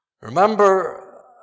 Remember